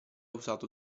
usato